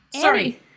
Sorry